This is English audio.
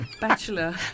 bachelor